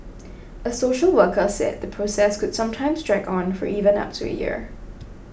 a social worker said the process could sometimes drag on for even up to a year